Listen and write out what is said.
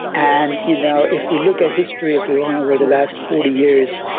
and you know if you look at history of iran over the last forty years,